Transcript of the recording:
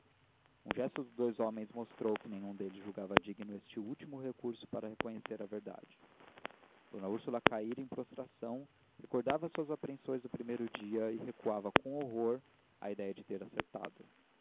um gesto dos dois homens mostrou que nenhum deles julgava digno este último recurso para conhecer a verdade d úrsula caíra em prostração recordava suas apreensões do primeiro dia e recuava com horror à idéia de ter acertado